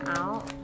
out